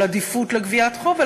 של עדיפות לגביית חוב,